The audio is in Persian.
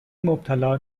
مبتلا